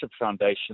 foundation